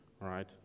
right